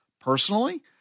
Personally